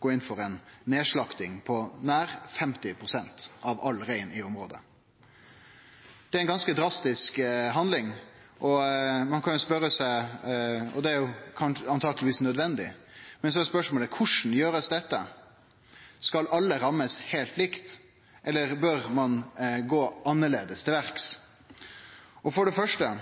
gå inn for ei nedslakting av nær 50 pst. av all rein i området. Det er ei ganske drastisk handling, og det er jo truleg nødvendig. Men så er spørsmålet: Korleis skal ein gjere dette? Skal ein ramme alle heilt likt, eller bør ein gå annleis til verks? For det første: